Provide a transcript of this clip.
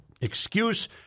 excuse